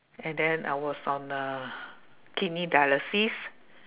and then I was on uh kidney dialysis